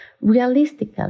Realistically